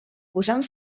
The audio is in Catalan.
posant